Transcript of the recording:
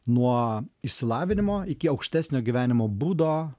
nuo išsilavinimo iki aukštesnio gyvenimo būdo